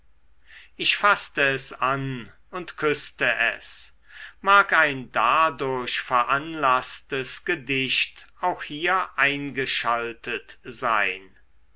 ich faßte es an und küßte es mag ein dadurch veranlaßtes gedicht auch hier eingeschaltet sein